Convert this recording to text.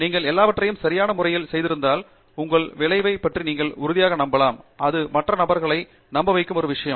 நீங்கள் எல்லாவற்றையும் சரியான முறையில் செய்திருந்தால் உங்கள் விளைவைப் பற்றி நீங்கள் உறுதியாக நம்பலாம் அது மற்ற நபரை நம்பவைக்கும் ஒரு விஷயம்